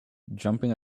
jumping